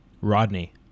Rodney